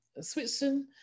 Switzerland